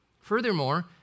Furthermore